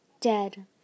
Dead